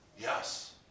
Yes